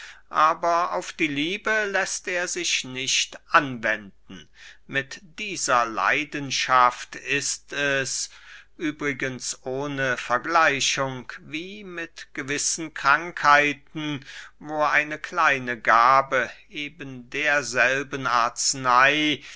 aber auf die liebe läßt er sich nicht anwenden mit dieser leidenschaft ist es übrigens ohne vergleichung wie mit gewissen krankheiten wo eine kleine gabe eben derselben arzney